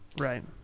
right